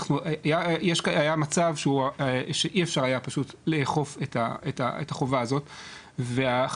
היה מצב שאי אפשר היה פשוט לאכוף את החובה הזאת ובעצם